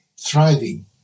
thriving